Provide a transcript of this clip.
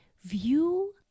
view